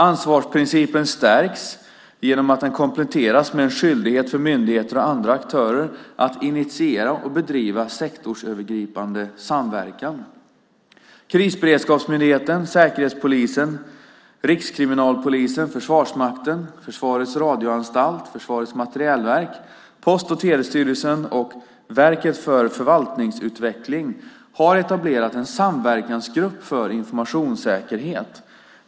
Ansvarsprincipen stärks genom att den kompletteras med en skyldighet för myndigheter och andra aktörer att initiera och bedriva sektorsövergripande samverkan. Krisberedskapsmyndigheten, Säkerhetspolisen, Rikskriminalpolisen, Försvarsmakten, Försvarets radioanstalt, Försvarets materielverk, Post och telestyrelsen och Verket för förvaltningsutveckling har etablerat en samverkansgrupp för informationssäkerhet .